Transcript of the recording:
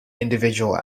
individual